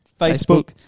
Facebook